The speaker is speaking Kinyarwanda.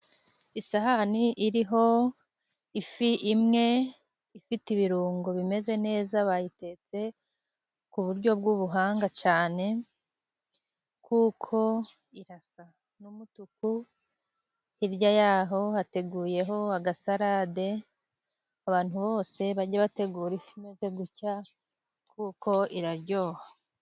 Isahani iriho ifi imwe ifite ibirungo bimeze neza , bayitetse ku buryo bw'ubuhanga cyane kuko irasa n'umutuku. Hirya yaho hateguyeho agasarade , abantu bose bajye bategura ifi imeze gutya, kuko iraryoha.